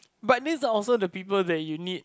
but these are also the people that you need